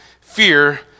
fear